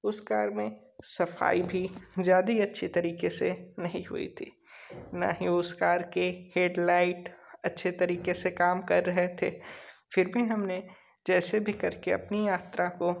उस कर में सफाई भी ज़्यादा अच्छे तरीके से नहीं हुई थी ना ही उसे कार के हेडलाइट अच्छे तरीके से काम कर रहे थे फिर भी हमने जैसे भी करके अपनी यात्रा को